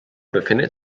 befindet